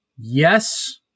yes